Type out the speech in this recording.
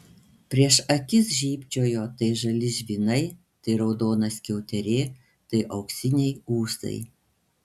prieš akis žybčiojo tai žali žvynai tai raudona skiauterė tai auksiniai ūsai